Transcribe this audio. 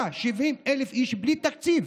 170,000 איש בלי תקציב.